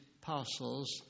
parcels